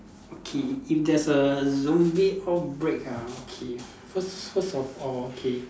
okay if there's a zombie outbreak ah okay first first of all okay